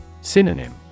Synonym